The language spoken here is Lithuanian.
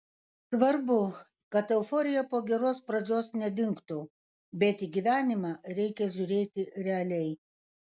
svarbu kad euforija po geros pradžios nedingtų bet į gyvenimą reikia žiūrėti realiai